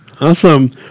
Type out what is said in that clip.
Awesome